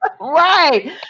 right